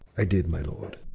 i did, my lord,